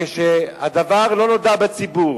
ברכוש שאדם נאלץ למכור בגלל הבעיה הכספית